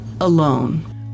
alone